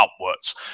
upwards